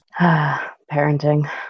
Parenting